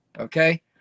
okay